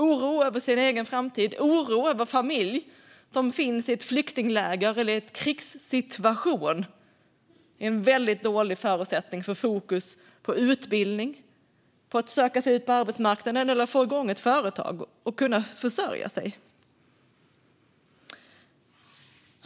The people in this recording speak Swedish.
Oro över sin egen framtid, liksom oro över en familj som finns i ett flyktingläger eller i en krigssituation, är en väldigt dålig förutsättning för fokus på utbildning, på att söka sig ut på arbetsmarknaden eller på att få igång ett företag och kunna försörja sig.